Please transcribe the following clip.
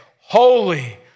holy